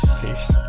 Peace